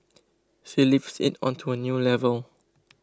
she lifts it onto a new level